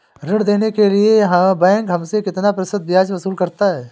ऋण देने के लिए बैंक हमसे कितना प्रतिशत ब्याज वसूल करता है?